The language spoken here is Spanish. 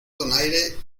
donaire